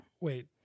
wait